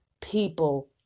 people